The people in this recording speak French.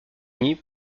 denis